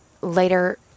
later